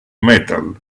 metal